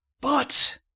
But